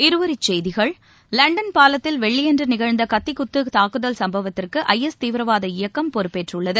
இருவரிச்செய்திகள் லண்டன் பாலத்தில் வெள்ளியன்று நிகழ்ந்த கத்திக்குத்து தாக்குதல் சம்பவத்திற்கு ஐஎஸ் தீவிரவாத இயக்கம் பொறுப்பேற்றுள்ளது